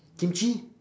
kimchi